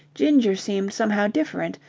ginger seemed somehow different,